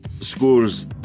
Scores